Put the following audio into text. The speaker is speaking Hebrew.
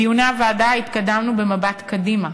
בדיוני הוועדה התמקדנו במבט קדימה,